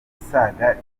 isaga